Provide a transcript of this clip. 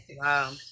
Wow